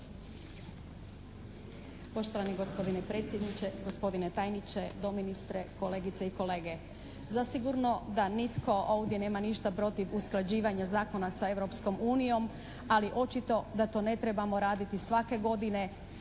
Poštovani gospodine predsjedniče, gospodine tajniče, doministre, kolegice i kolege! Zasigurno da nitko ovdje nema ništa protiv usklađivanja zakona sa Europskom unijom ali očito da to ne trebamo raditi svake godine